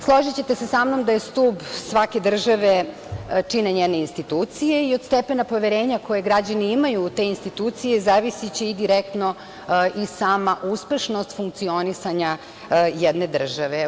Složićete se sa mnom da stub svake države čine njene institucije i od stepena poverenja koje građani imaju u te institucije zavisiće i direktno sama uspešnost funkcionisanja jedne države.